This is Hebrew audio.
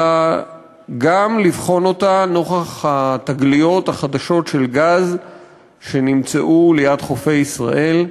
אלא גם לבחון אותן נוכח התגליות החדשות של גז ליד חופי ישראל.